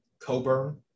Coburn